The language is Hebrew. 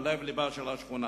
בלב-לבה של השכונה.